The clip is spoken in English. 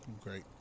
Great